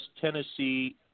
Tennessee –